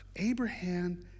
Abraham